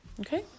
Okay